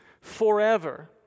forever